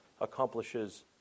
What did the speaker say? accomplishes